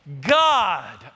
God